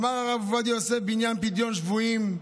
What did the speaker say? אמר הרב עובדיה יוסף בעניין פדיון שבויים,